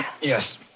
Yes